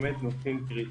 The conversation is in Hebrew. נושאים קריטיים.